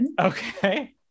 Okay